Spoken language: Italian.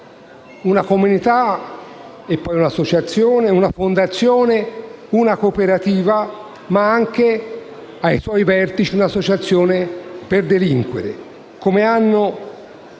una comunità e poi un'associazione, una fondazione, una cooperativa, ma anche ai suoi vertici un'associazione per delinquere, come hanno